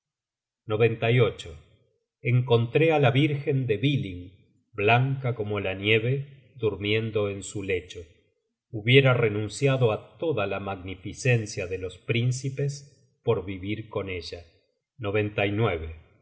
poseo encontré á la vírgen de billing blanca como la nieve durmiendo en su lecho hubiera renunciado á toda la magnificencia de los príncipes por vivir con ella odin si